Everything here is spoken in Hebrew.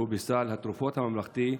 שהוא בסל התרופות הממלכתי,